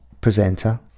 presenter